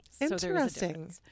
Interesting